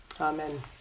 Amen